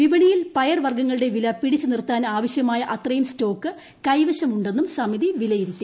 വിപണിയിൽ പയർവർഗങ്ങളുടെ വില പിടിച്ചുനിർത്താൻ ആവശ്യമായ അ്ത്രയും സ്റ്റോക്ക് കൈവശമുണ്ടെന്നും സമിതി വിലയിരുത്തി